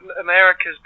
America's